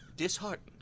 disheartened